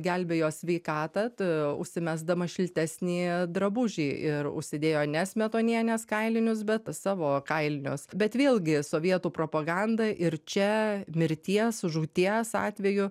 gelbėjo sveikatą užsimesdama šiltesnį drabužį ir užsidėjo ne smetonienės kailinius bet savo kailinius bet vėlgi sovietų propaganda ir čia mirties žūties atveju